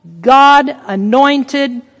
God-anointed